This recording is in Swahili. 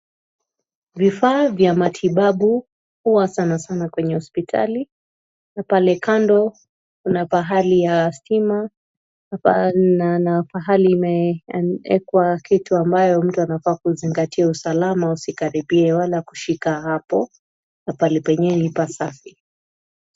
Vifaa vya matibabu huwa sana sana kwenye hospitali. Na pale kando Kuna pahali ya stima na pana hadhari imewekwa kitu ambayo mtu anafaa kuzingatia usalama usikaribie Wala kushika hapo na pahali pengine ni pasafi.